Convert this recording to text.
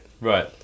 Right